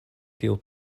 tiu